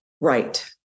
Right